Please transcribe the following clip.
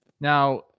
Now